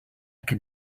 can